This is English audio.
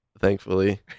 thankfully